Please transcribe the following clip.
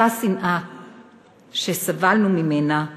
אותה שנאה שסבלנו ממנה כיהודים.